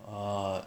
err